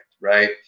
right